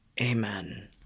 Amen